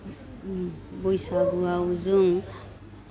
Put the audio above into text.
बैसागुवाव जों